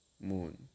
Moon